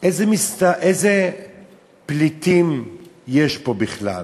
איזה פליטים יש פה בכלל?